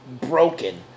broken